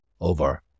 over